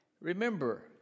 Remember